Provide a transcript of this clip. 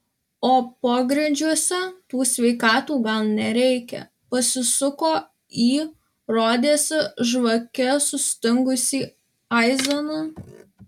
o pogrindžiuose tų sveikatų gal nereikia pasisuko į rodėsi žvake sustingusį aizeną